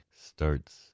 starts